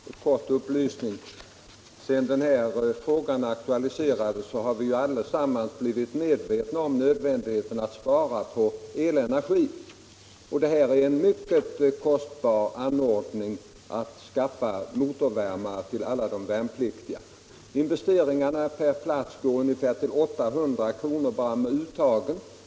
Herr talman! Jag vill bara lämna en kort upplysning. Sedan denna fråga aktualiserades har vi allesamman blivit medvetna om nödvändigheten av att spara på elenergi. Att skaffa motorvärmare till alla värnpliktiga är mycket kostsamt. Investeringarna per plats går ungefär till 800 kr. bara för uttagen.